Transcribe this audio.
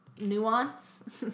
nuance